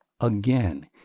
again